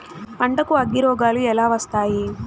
పంటకు అగ్గిరోగాలు ఎలా వస్తాయి?